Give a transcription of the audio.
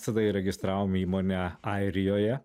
tada įregistravom įmonę airijoje